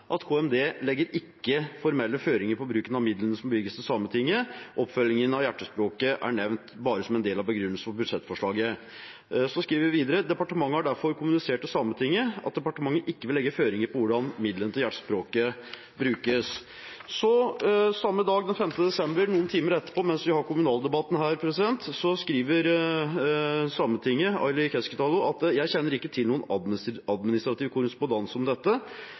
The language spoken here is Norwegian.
svarte KMD til Tana kommune at de ikke legger formelle føringer på bruken av midlene som bevilges til Sametinget. Oppfølgingen av hjertespråket er nevnt bare som en del av begrunnelsen for budsjettforslaget. Så skriver en videre: «Departementet har derfor kommunisert til Sametingets administrasjon at departementet ikke vil legge føringer på hvordan midlene til hjertespråket skal brukes.» Samme dag, den 5. desember, noen timer etterpå, mens vi har kommunaldebatten her, skriver Sametinget, ved Aili Keskitalo: Jeg kjenner ikke til noen administrativ korrespondanse om dette.